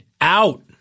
out